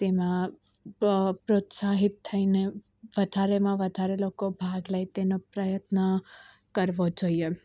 તેમાં પ્રોત્સાહિત થઈને વધારેમાં વધારે લોકો ભાગ લે તેનો પ્રયત્ન કરવો જોઈએ